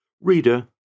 Reader